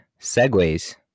Segways